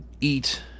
eat